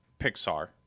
Pixar